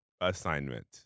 assignment